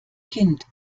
kind